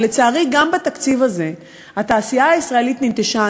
ולצערי, גם בתקציב הזה התעשייה הישראלית ננטשה.